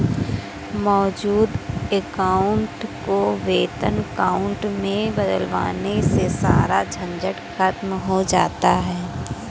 मौजूद अकाउंट को वेतन अकाउंट में बदलवाने से सारा झंझट खत्म हो जाता है